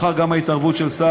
גם לאחר ההתערבות של שר,